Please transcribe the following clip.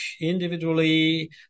individually